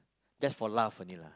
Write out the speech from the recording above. just for laugh only lah